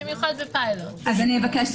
קודם כל,